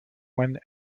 one